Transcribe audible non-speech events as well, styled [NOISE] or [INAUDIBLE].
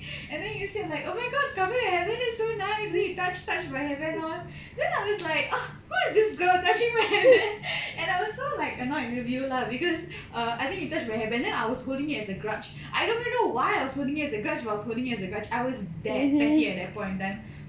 and then you will say like oh my god carmen your hair is so nice then you touch touch my hair band all then I was like [NOISE] why is this girl touching my hair band and I was so like annoyed with you lah because err I think you touch my hair band and then I was holding it as a grudge I don't even know why I was holding it as a grudge I was holding it as a grudge I was that petty at that point in time